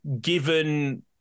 given